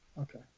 Okay